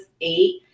eight